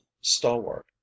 Stalwart